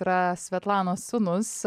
yra svetlanos sūnus